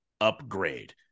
upgrade